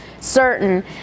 certain